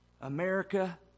America